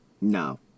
no